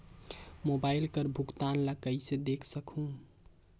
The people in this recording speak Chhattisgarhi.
मोबाइल कर भुगतान ला कइसे देख सकहुं?